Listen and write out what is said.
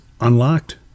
unlocked